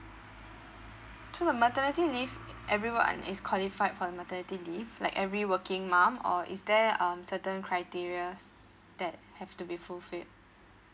through the maternity leave everyone is qualified for the maternity leave like every working mum or is there um certain criterias that have to be fulfilled